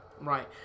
Right